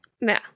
No